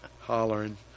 hollering